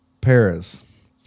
Paris